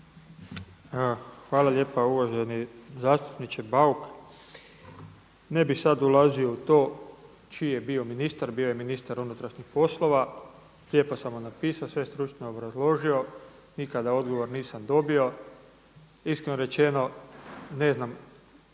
Hvala lijepa. Uvaženi zastupniče Bauk. Ne bih sada ulazio u to čiji je bio ministar, bio je ministar unutarnjih poslova, lijepo sam mu napisao, sve stručno obrazložio, nikada odgovor nisam dobio. Iskreno rečeno ne znam